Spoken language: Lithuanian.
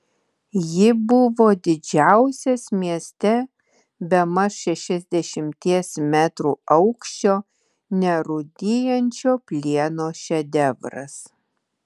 ji buvo didžiausias mieste bemaž šešiasdešimties metrų aukščio nerūdijančio plieno šedevras